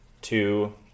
two